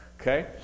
okay